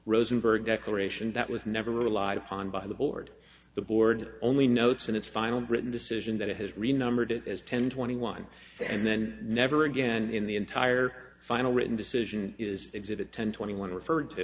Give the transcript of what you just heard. rosenberg declaration that was never relied upon by the board the board only notes in its final written decision that it has remembered it as ten twenty one and then never again in the entire final written decision is exhibit ten twenty one referred to